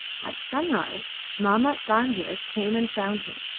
at sunrise mahmat banjer came and found him.